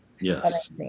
Yes